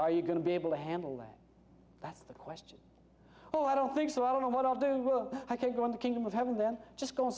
are you going to be able to handle that that's the question oh i don't think so i don't know what i'll do well i can't go on the kingdom of heaven then just go